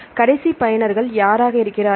கடைசி பயனர்கள் யாராக இருக்கிறார்கள்